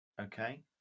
Okay